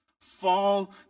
Fall